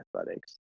athletics